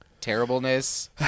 terribleness